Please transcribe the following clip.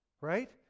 Right